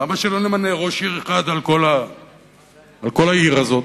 למה שלא נמנה ראש עיר אחד על כל העיר הזאת?